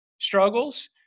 struggles